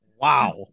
Wow